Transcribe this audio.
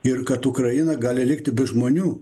ir kad ukraina gali likti be žmonių